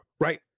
right